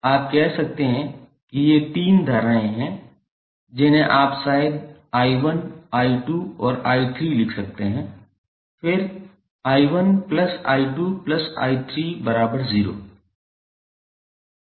आप कह सकते हैं कि ये तीन धाराएँ हैं जिन्हें आप शायद 𝐼1 𝐼2 और 𝐼3 लिख सकते हैं फिर 𝐼1𝐼2𝐼30